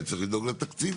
אני צריך לדאוג לתקציב,